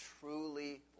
truly